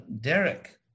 Derek